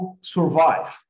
survive